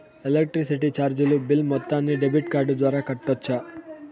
Electricity చార్జీలు bill మొత్తాన్ని debit card ద్వారా కట్టొచ్చా?